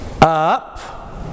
up